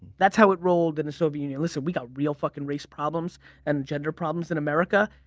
that's how it rolled in the soviet union. listen we got real fucking race problems and gender problems in america.